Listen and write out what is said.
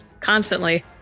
constantly